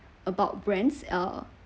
about brands uh